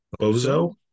Bozo